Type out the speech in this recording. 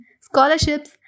scholarships